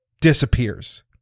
disappears